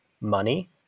money